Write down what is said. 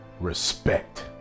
respect